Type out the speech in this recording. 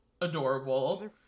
adorable